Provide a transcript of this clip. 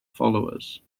followers